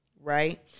right